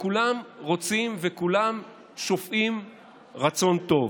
כולם רוצים, וכולם שופעים רצון טוב.